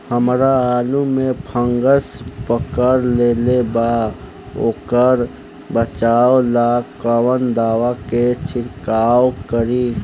हमरा आलू में फंगस पकड़ लेले बा वोकरा बचाव ला कवन दावा के छिरकाव करी?